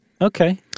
Okay